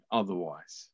otherwise